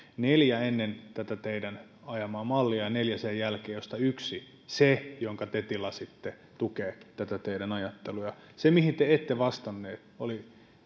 neljä ennen tätä teidän ajamaanne mallia ja neljä sen jälkeen joista yksi se jonka te tilasitte tukee tätä teidän ajatteluanne se mihin te ette vastannut oli